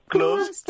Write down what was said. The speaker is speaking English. Close